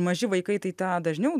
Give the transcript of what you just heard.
maži vaikai tai tą dažniau